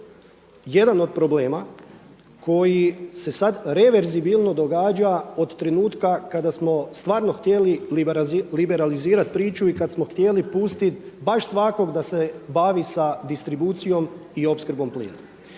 jedan od problema koji se sada reverzibilno događa od trenutka kada smo stvarno htjeli liberalizirati priču i kada smo htjeli pustiti baš svakog da se bavi sa distribucijom i opskrbom plina.